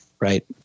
Right